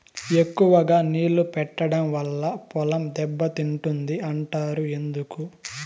ఎక్కువగా నీళ్లు పెట్టడం వల్ల పొలం దెబ్బతింటుంది అంటారు ఎందుకు?